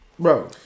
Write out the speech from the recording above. Bro